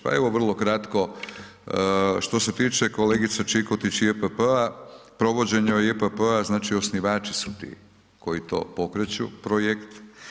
Pa evo vrlo kratko, što se tiče kolegice Čikotić i JPP-a, provođenje JPP-a znači osnivači su ti koji to pokreću projekt.